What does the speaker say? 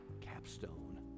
capstone